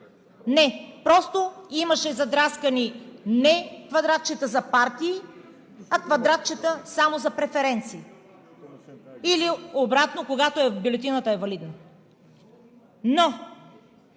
Не, просто имаше задраскани „не“-квадратчета за партии, а квадратчета само за преференции. Или обратно – когато бюлетината е валидна. Но